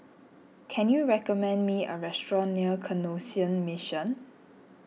can you recommend me a restaurant near Canossian Mission